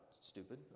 stupid